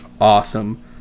Awesome